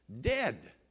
dead